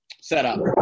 setup